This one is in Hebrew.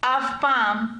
אף פעם,